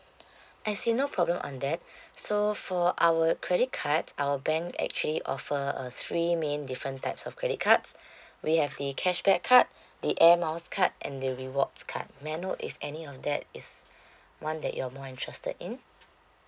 I see no problem on that so for our credit card our bank actually offer a three main different types of credit cards we have the cashback card the air miles card and the rewards card may I know if any of that is one that you are more interested in